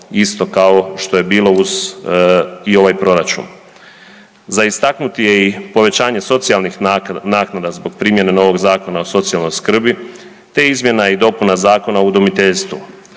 isto kao što je bilo uz i ovaj proračun. Za istaknuti je i povećanje socijalnih naknada zbog primjene novog Zakona o socijalnog skrbi, te izmjena i dopuna Zakona o udomiteljstvu.